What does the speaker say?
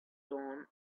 dawn